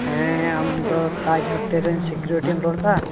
ᱦᱮᱸ ᱟᱢᱫᱚ ᱛᱟᱡᱽ ᱦᱳᱴᱮᱞᱨᱮᱱ ᱥᱤᱠᱩᱨᱤᱴᱤᱢ ᱨᱚᱲᱮᱫᱟ